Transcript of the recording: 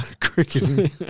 cricketing